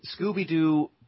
Scooby-Doo